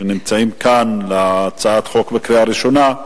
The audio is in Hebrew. שנרשמו להצעת החוק בקריאה ראשונה,